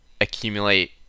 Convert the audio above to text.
accumulate